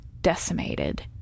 decimated